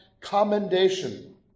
commendation